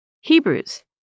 Hebrews